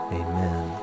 amen